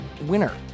winner